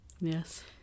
Yes